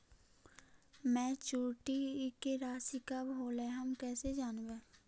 Maturity के रासि कब होलै हम कैसे जानबै?